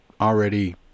already